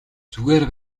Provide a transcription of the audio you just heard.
зүгээр